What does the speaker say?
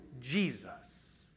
Jesus